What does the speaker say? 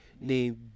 named